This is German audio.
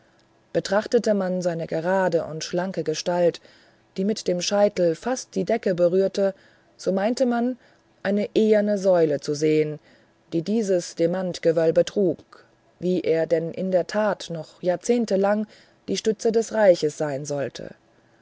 betrachtete man seine gerade und schlanke gestalt die mit dem scheitel fast die decke berührte so meinte man eine eherne säule zu sehen die diese demantwölbung trug wie er denn in der tat noch jahrzehntelang die stütze des reiches sein sollte